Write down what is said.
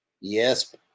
Yes